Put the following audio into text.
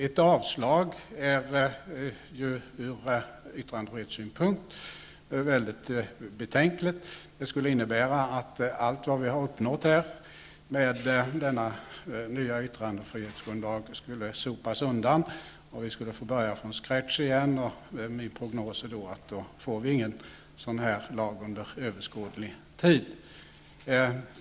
Ett avslag på förslaget är från yttrandefrihetssynpunkt mycket betänkligt. Det skulle innebära att allt vad vi har uppnått med denna nya yttrandefrihetsgrundlag skulle sopas undan, och vi skulle få börja från scratch igen. Min prognos är att vi i så fall inte skulle få någon lag under överskådlig tid.